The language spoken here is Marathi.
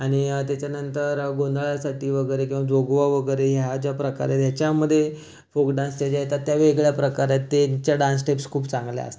आणि त्याच्यानंतर गोंधळासाठी वगैरे किंवा जोगवा वगैरे ह्या ज्या प्रकार आहे ह्याच्यामध्ये फोक डान्सच्या ज्या येतात त्या वेगळ्या प्रकार आहेत त्यांच्या डान्स स्टेप्स खूप चांगल्या असतात